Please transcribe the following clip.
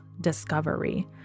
discovery